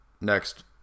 Next